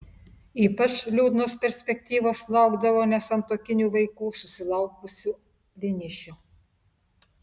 ypač liūdnos perspektyvos laukdavo nesantuokinių vaikų susilaukusių vienišių